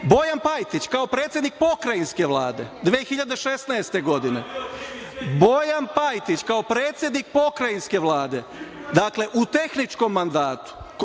Pajtić, kao predsednik Pokrajinske vlade 2016. godine, Bojan Pajtić, kao predsednik Pokrajinske vlade, dakle u tehničkom mandatu,